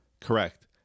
Correct